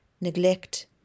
neglect